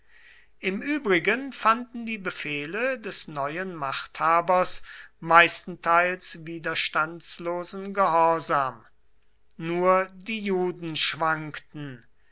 im übrigen fanden die befehle des neuen machthabers meistenteils widerstandslosen gehorsam nur die juden schwankten